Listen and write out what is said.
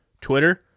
Twitter